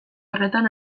horretan